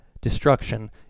destruction